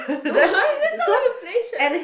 no that's not how to play charades